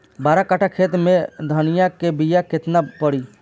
बारह कट्ठाखेत में धनिया के बीया केतना परी?